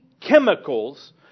chemicals